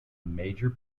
major